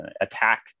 attack